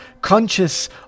conscious